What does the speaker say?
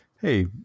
Hey